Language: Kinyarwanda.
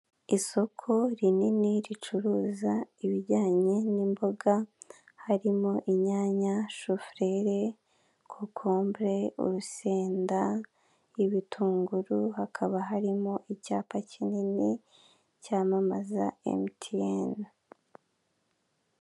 Isoko rinini ricuruza ibijyanye n'imboga harimo inyanya, shofurere, kokombure, urusenda, ibitunguru hakaba harimo icyapa kinini cyamamaza Emutiyene.